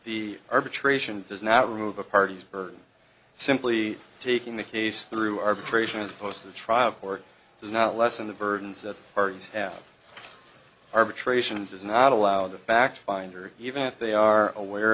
the arbitration does not remove the parties or simply taking the case through arbitration as opposed to the trial court does not lessen the burdens of parties half arbitration does not allow the fact finder even if they are aware